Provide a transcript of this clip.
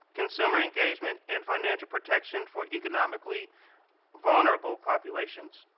consumer engagement, and financial protection for economically vulnerable population.